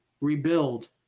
rebuild